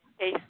Yes